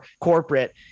corporate